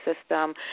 system